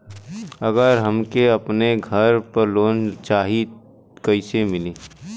अगर हमके अपने घर पर लोंन चाहीत कईसे मिली?